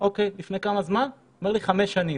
לפני חמש שנים.